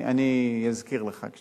אני אזכיר לך.